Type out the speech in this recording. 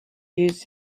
used